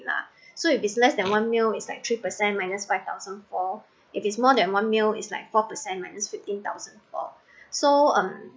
lah so if is less than one mil is like three percent minus five thousand four if is more than one mil is like four percent minus fifteen thousand four so um